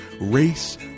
race